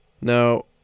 No